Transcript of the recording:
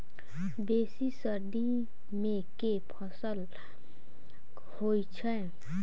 बेसी सर्दी मे केँ फसल होइ छै?